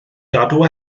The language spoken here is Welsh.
gadw